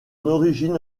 origine